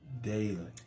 daily